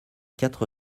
quatre